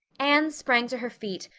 anne sprang to her feet,